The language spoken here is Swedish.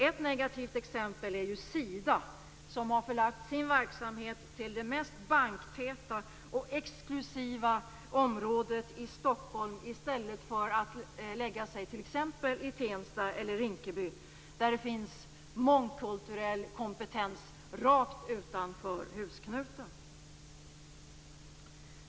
Ett negativt exempel är Sida, som har förlagt sin verksamhet till det mest banktäta och exklusiva området i Stockholm i stället för att förlägga verksamheten i t.ex. Tensta eller Rinkeby, där det finns mångkulturell kompetens rakt utanför husknuten.